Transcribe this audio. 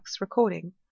recording